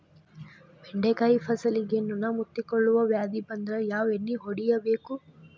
ಬೆಂಡೆಕಾಯ ಫಸಲಿಗೆ ನೊಣ ಮುತ್ತಿಕೊಳ್ಳುವ ವ್ಯಾಧಿ ಬಂದ್ರ ಯಾವ ಎಣ್ಣಿ ಹೊಡಿಯಬೇಕು?